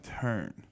turn